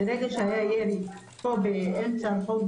ברגע שהיה ילד פה באמצע הרחב,